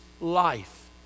life